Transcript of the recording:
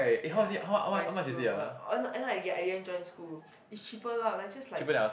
ya but it's scuba end up end up I didn't I didn't join school it's cheaper lah like it's just like